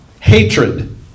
hatred